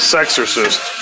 Sexorcist